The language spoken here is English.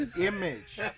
Image